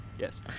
Yes